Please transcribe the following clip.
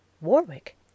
Warwick